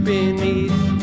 Beneath